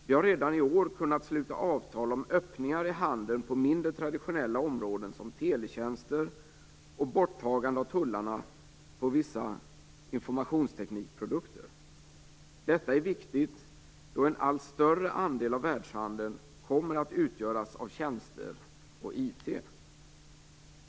Vi har redan i år kunnat sluta avtal om öppningar i handeln på mindre traditionella områden som teletjänster och borttagande av tullarna på vissa informationsteknikprodukter. Detta är viktigt då en allt större andel av världshandeln kommer att utgöras av tjänster och IT.